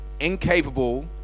Incapable